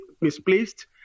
misplaced